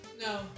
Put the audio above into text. No